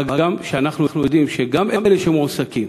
מה גם שאנחנו יודעים שגם אלה שמועסקים,